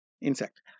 insect